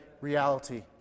reality